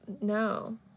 No